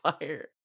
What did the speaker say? fire